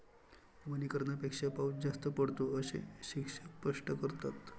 वनीकरणापेक्षा पाऊस जास्त पडतो, असे शिक्षक स्पष्ट करतात